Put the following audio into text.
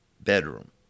bedroom